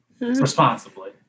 Responsibly